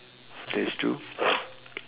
that's true